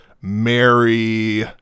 Mary